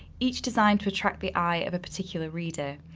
each designed to attract the eye of a particular reader.